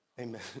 Amen